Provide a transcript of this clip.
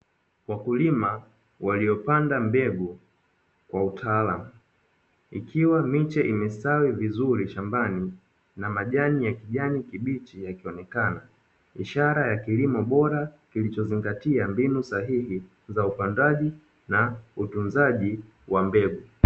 Wakulima waliopanda mbegu kwa utaalamu, ikiwa miche imestawi vizuri shambani na majani ya kijani kibichi yakionekana, ishara ya kilimo bora kilichozungatia mbinu sahihi za upandaji na utunzaji wa mbegu.